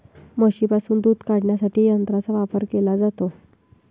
म्हशींपासून दूध काढण्यासाठी यंत्रांचा वापर केला जातो